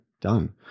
done